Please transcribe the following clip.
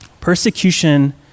Persecution